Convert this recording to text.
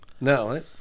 No